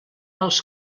als